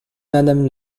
madame